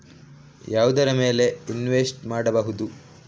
ಯಾವುದರ ಮೇಲೆ ಇನ್ವೆಸ್ಟ್ ಮಾಡಬಹುದು?